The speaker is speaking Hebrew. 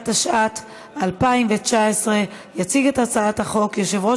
התשע"ט 2019. יציג את הצעת החוק יושב-ראש